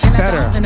better